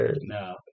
no